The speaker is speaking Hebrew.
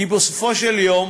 כי בסופו של יום